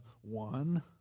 one